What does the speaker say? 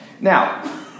Now